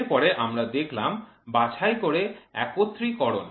এর পরে আমরা দেখলাম বাছাই করে একত্রীকরণ